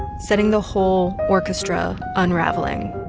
setting the whole orchestra unraveling